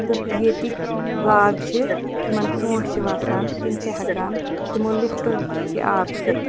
تہٕ ییٚتِکۍ باغ چھِ یِمَن ژوٗنٹھۍ چھِ وَسان تِم چھِ ہٮ۪کان تِمو لِفٹو کہِ آبہٕ سۭتۍ